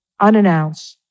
unannounced